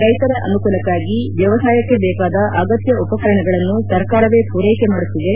ರೈತರ ಅನುಕೂಲಕ್ಕಾಗಿ ವ್ಯವಸಾಯಕ್ಕೆ ಬೇಕಾದ ಅಗತ್ಯ ಉಪಕರಣಗಳನ್ನು ಸರ್ಕಾರವೇ ಪೂರೈಕೆ ಮಾಡುಕ್ತಿದೆ